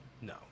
no